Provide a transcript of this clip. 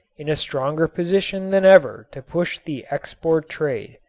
in a stronger position than ever to push the export trade.